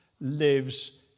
lives